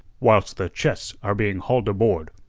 whilst the chests are being hauled aboard.